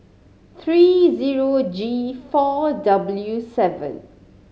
three zero G four W seven